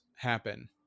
happen